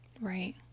right